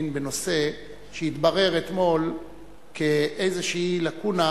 חנין בנושא שהתברר אתמול כאיזו לקונה,